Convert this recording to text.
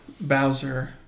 Bowser